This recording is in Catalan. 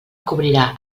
cobrirà